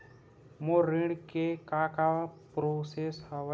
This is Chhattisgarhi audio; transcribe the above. मोर ऋण के का का प्रोसेस हवय?